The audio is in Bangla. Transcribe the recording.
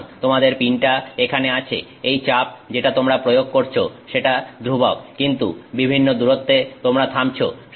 সুতরাং তোমাদের পিনটা এখানে আছে এই চাপ যেটা তোমরা প্রয়োগ করছো সেটা ধ্রুবক কিন্তু বিভিন্ন দূরত্বে তোমরা থামছো